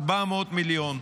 400 מיליון,